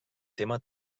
témer